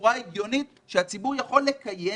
בצורה הגיונית שהציבור יכול לקיים.